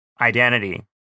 identity